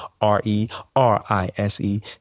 R-E-R-I-S-E